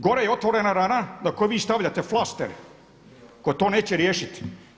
Gore je otvorena rana na koju vi stavljate flastere koji to neće riješiti.